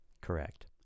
Correct